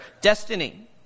destiny